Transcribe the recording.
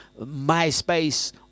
MySpace